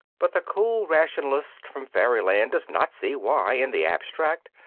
but the cool rationalist from fairyland does not see why, in the abstract,